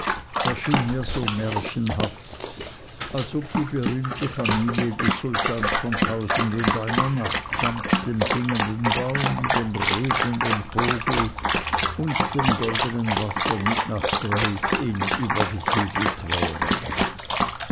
erschien mir so märchenhaft als ob die berühmte familie des sultans von tausendundeiner nacht samt dem singenden baum dem redenden vogel und dem goldnen wasser mit nach grays inn übergesiedelt wäre